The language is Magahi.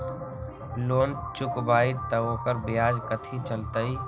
लोन चुकबई त ओकर ब्याज कथि चलतई?